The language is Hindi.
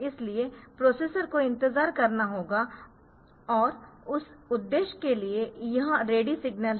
इसलिए प्रोसेसर को इंतजार करना होगा और उस उद्देश्य के लिए यह रेडी सिग्नल है